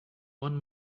one